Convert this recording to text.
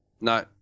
No